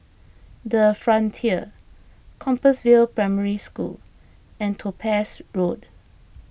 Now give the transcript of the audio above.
the Frontier Compassvale Primary School and Topaz Road